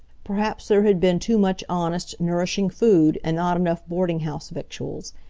perhaps there had been too much honest, nourishing food, and not enough boarding-house victuals.